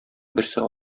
берсе